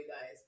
guys